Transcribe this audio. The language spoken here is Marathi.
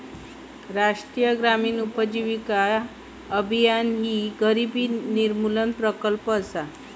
राष्ट्रीय ग्रामीण उपजीविका अभियान ह्या गरिबी निर्मूलन प्रकल्प असा